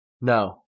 No